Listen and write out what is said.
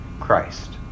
Christ